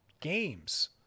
games